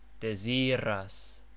Desiras